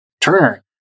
Turner